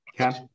Okay